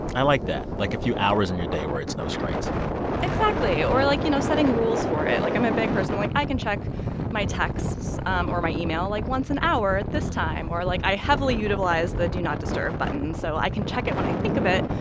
i like that. like, a few hours in your day where it's no screens exactly yeah or, like, you know, setting rules for it. like, i'm a big person. like, i can check my texts um or my email, like, once an hour at this time. or, like, i heavily utilize the do not disturb button. so i can check it when i think of it,